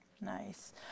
Nice